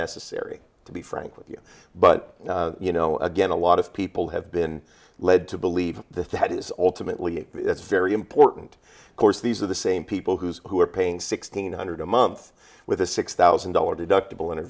necessary to be frank with you but you know again a lot of people have been led to believe that that is ultimately it's very important course these are the same people whose who are paying sixteen hundred a month with a six thousand dollars deductible and